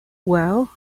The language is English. well